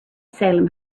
salem